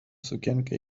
sukienkę